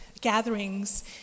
gatherings